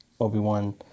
Obi-Wan